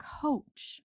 coach